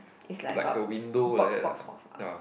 is like got box box box ah